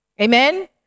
Amen